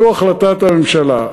זו החלטת הממשלה.